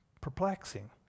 perplexing